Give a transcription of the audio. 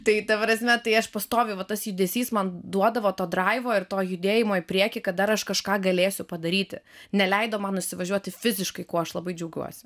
tai ta prasme tai aš pastoviai va tas judesys man duodavo to draivo ir to judėjimo į priekį kad dar aš kažką galėsiu padaryti neleido man nusivažiuoti fiziškai kuo aš labai džiaugiuosi